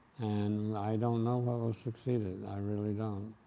and i don't know what will succeed it, i really don't.